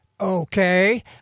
Okay